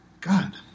God